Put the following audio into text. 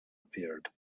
appeared